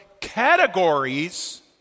categories